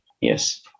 yes